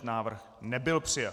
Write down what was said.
Návrh nebyl přijat.